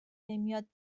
نمیاد